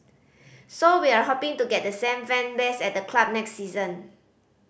so we're hoping to get the same fan base at the club next season